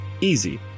Easy